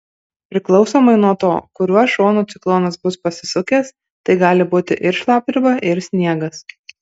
priklausomai nuo to kuriuo šonu ciklonas bus pasisukęs tai gali būti ir šlapdriba ir sniegas